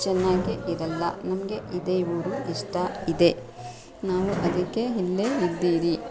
ಚೆನ್ನಾಗಿ ಇರಲ್ಲ ನಮಗೆ ಇದೇ ಊರು ಇಷ್ಟ ಇದೆ ನಾನು ಅದಕ್ಕೆ ಇಲ್ಲೇ ಇದ್ದೀರಿ